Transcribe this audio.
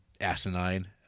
asinine